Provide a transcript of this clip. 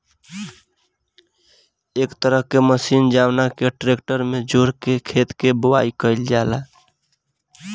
एक तरह के मशीन जवना के ट्रेक्टर में जोड़ के खेत के बोआई कईल जाला